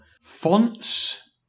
Fonts